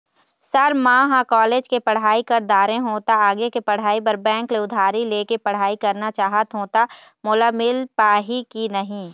Sir म ह college के पढ़ाई कर दारें हों ता आगे के पढ़ाई बर बैंक ले उधारी ले के पढ़ाई करना चाहत हों ता मोला मील पाही की नहीं?